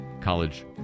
college